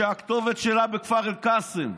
שהכתובת שלה בכפר קאסם.